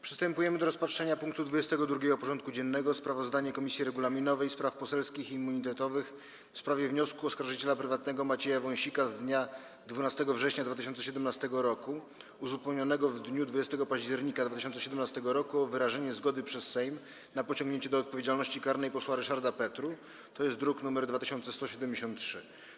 Przystępujemy do rozpatrzenia punktu 22. porządku dziennego: Sprawozdanie Komisji Regulaminowej, Spraw Poselskich i Immunitetowych w sprawie wniosku oskarżyciela prywatnego Macieja Wąsika z dnia 12 września 2017 r. uzupełnionego w dniu 20 października 2017 r. o wyrażenie zgody przez Sejm na pociągnięcie do odpowiedzialności karnej posła Ryszarda Petru (druk nr 2173)